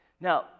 Now